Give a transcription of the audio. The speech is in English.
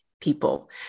people